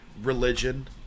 religion